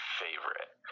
favorite